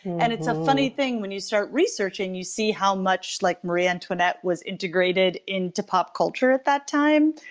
and it's a funny thing when you start researching, you see how much like marie antoinette was integrated into pop culture at that time.